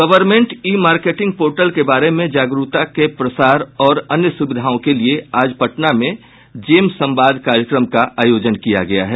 government e marketing portal के बारे में जागरूकता के प्रसार और अन्य सुविधाओं के लिये आज पटना में जेम संवाद कार्यक्रम का आयोजन किया गया है